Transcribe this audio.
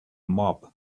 mob